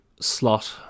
slot